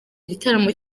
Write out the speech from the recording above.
igitaramo